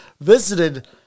visited